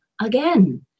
again